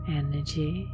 energy